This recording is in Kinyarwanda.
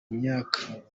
y’imyaka